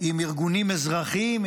עם ארגונים אזרחיים,